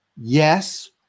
yes